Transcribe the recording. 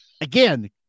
Again